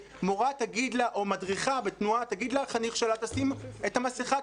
שמורה או מדריכה בתנועה תגיד לחניך שלה: תשים את המסכה,